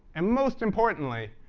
and most importantly,